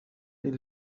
این